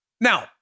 Now